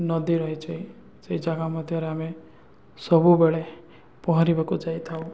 ନଦୀ ରହିଛିି ସେହି ଜାଗା ମଧ୍ୟରେ ଆମେ ସବୁବେଳେ ପହଁରିବାକୁ ଯାଇଥାଉ